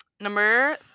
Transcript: Number